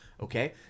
Okay